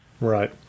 Right